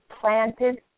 planted